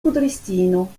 kudristino